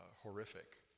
horrific